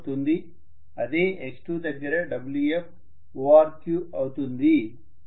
అదే x2 దగ్గర Wf ORQ అవుతుంది